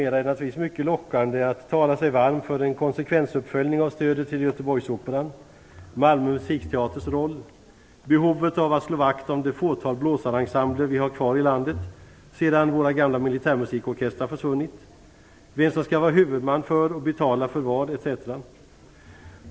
är det naturligtvis mycket lockande att tala sig varm för en konsekvensuppföljning av stödet till Göteborgsoperan, för Malmö musikteaters roll, för behovet av att slå vakt om de fåtal blåsarensembler som vi har kvar i landet sedan våra gamla militärmusikorkestrar försvunnit och för frågan om vem som skall vara huvudman och vem som skall betala för vad etc.